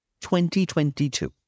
2022